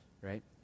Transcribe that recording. right